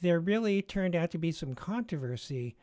there really turned out to be some controversy